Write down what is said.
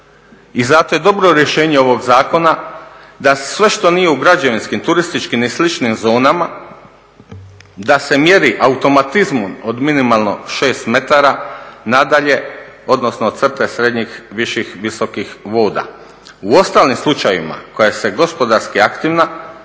i zato je dobro rješenje ovog zakona da sve što nije u građevinskim, turističkim i sličnim zonama da se mjeri automatizmom od minimalno 6 metara nadalje odnosno od crte srednjih, viših, visokih voda. U ostalim slučajevima koja je gospodarski aktivna